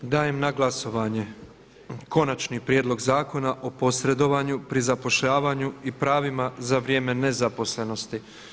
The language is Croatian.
Dajem na glasovanje Konačni prijedlog zakona o posredovanju pri zapošljavanju i pravima za vrijeme nezaposlenosti.